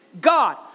God